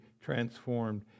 transformed